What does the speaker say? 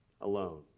alone